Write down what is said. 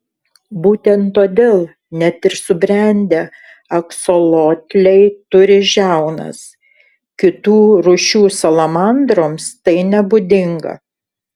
būtent todėl net ir subrendę aksolotliai turi žiaunas kitų rūšių salamandroms tai nebūdinga